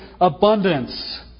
abundance